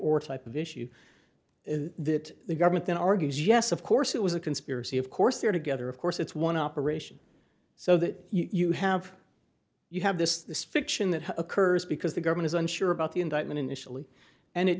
or type of issue is that the government then argues yes of course it was a conspiracy of course there together of course it's one operation so that you have you have this fiction that occurs because the government is unsure about the indictment initially and it